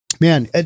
Man